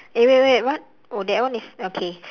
eh wait wait what oh that one is okay